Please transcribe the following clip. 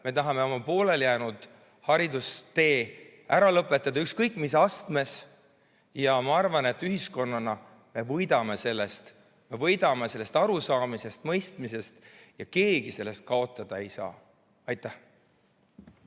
me tahame oma poolelijäänud haridustee ära lõpetada ükskõik mis astmes. Ma arvan, et ühiskonnana me võidame sellest, võidame sellest arusaamisest ja mõistmisest. Keegi sellest kaotada ei saa. Viktoria